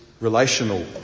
relational